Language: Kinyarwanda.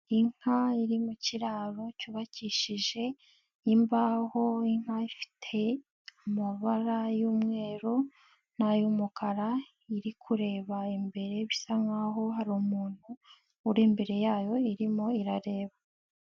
Inka iri mu kiraro cyubakishije, imbaho inka ifite, amabara y'umweru, nayumukara, iri kureba imbere bisa nkaho hari umuntu, uri imbere yayo irimo irareba.